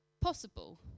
possible